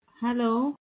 Hello